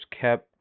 kept